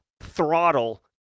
throttle